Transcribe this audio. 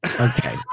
Okay